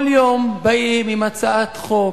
כל יום באים עם הצעת חוק,